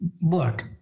look